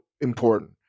important